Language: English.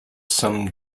some